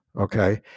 okay